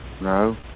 No